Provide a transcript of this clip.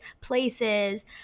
places